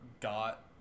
got